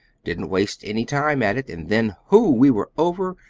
didn't waste any time at it, and then hoo we were over,